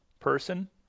person